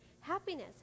happiness